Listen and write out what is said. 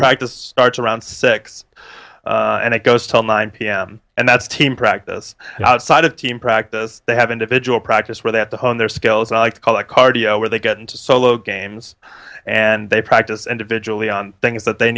practice starts around six and it goes till nine pm and that's team practice outside of team practice they have individual practice where that the hone their skills and i call it cardio where they get into solo games and they practice individually on things that they